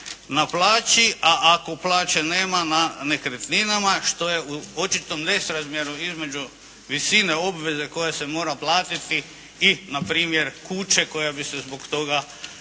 na plaći, a ako plaće nema na nekretninama što je u očitom nesrazmjeru između visine obveze koja se mora platiti i na primjer kuće koja bi se zbog toga